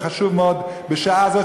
שהוא חשוב מאוד: בשעה זאת,